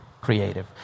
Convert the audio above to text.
creative